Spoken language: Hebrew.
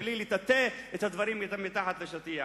בלי לטאטא את הדברים מתחת לשטיח.